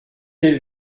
elle